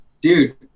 Dude